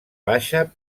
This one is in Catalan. baixa